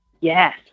Yes